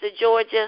Georgia